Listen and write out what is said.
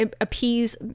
appease